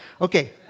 okay